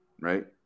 right